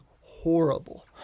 horrible